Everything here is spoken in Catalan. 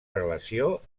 relació